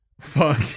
fuck